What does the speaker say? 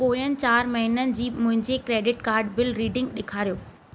पोयनि चारि महिननि जी मुंहिंजे क्रेडिट कार्ड बिल रीडिंग ॾेखारियो